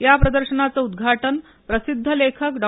या प्रदर्शनाचं उद्घाटन प्रसिद्ध लेखक डॉ